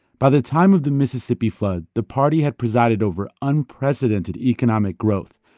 by the time of the mississippi flood, the party had presided over unprecedented economic growth,